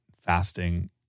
fasting